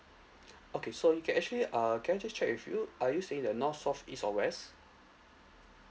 okay so you can actually uh can I just check with you are you staying at the north south east or west